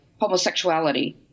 homosexuality